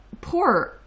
poor